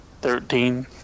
Thirteen